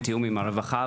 בתיאום עם הרווחה,